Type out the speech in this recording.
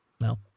No